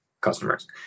customers